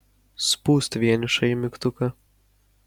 spust vienišąjį mygtuką